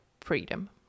freedom